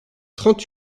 trente